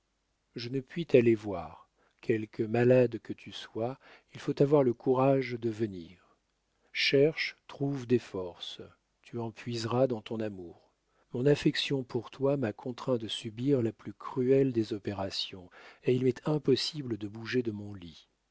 je ne puis t'aller voir quelque malade que tu sois il faut avoir le courage de venir cherche trouve des forces tu en puiseras dans ton amour mon affection pour toi m'a contraint de subir la plus cruelle des opérations et il m'est impossible de bouger de mon lit